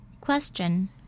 Question